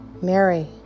Mary